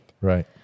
Right